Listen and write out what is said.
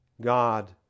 God